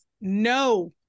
no